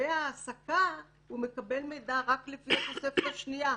לגבי העסקה הוא מקבל מידע רק לפי התוספת השנייה.